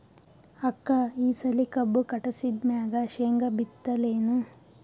ಅಕ್ಕ ಈ ಸಲಿ ಕಬ್ಬು ಕಟಾಸಿದ್ ಮ್ಯಾಗ, ಶೇಂಗಾ ಬಿತ್ತಲೇನು?